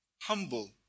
humble